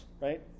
right